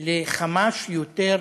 לכמה שיותר